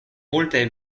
multaj